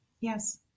Yes